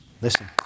listen